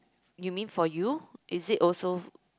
you mean for you is it also